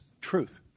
truth